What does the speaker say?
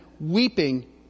weeping